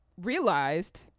realized